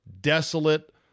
desolate